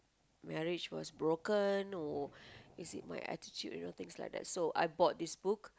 marriage was broken or is it my attitude you know things like that so I bought this book